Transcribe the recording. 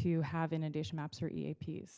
to have inundation maps or eaps.